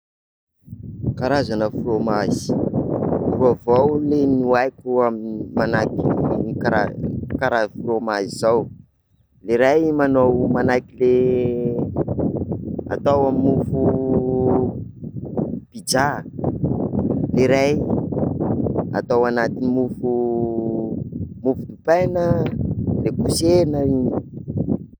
Karazana fromazy, roa avao ley no haiko ny amin'ny karaza- karazana fromazy zao, le ray manao manahaka le atao amy mofo pizza, de ray atao anatin'ny mofo mofo dipaina le kosehana iny.